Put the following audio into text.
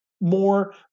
more